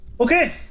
Okay